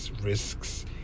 risks